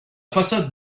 façade